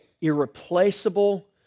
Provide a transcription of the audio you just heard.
irreplaceable